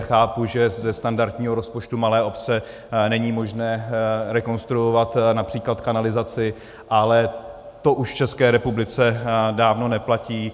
Chápu, že ze standardního rozpočtu malé obce není možné rekonstruovat například kanalizaci, ale to už v České republice dávno neplatí.